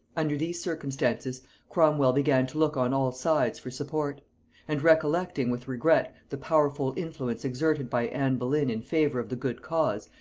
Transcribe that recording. under these circumstances cromwel began to look on all sides for support and recollecting with regret the powerful influence exerted by anne boleyn in favor of the good cause,